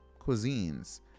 cuisines